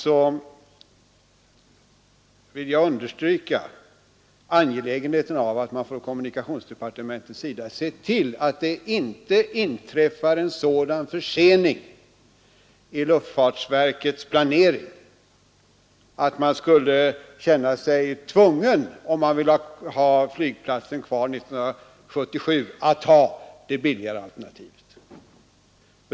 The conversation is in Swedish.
Jag vill alltså understryka angelägenheten av att man från kommunikationsdepartementets sida ser till att det inte inträffar en sådan försening i luftfartsverkets planering att man skulle känna sig tvungen, om man vill ha flygplatsen klar 1977, att ta det billigare alternativet.